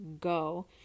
go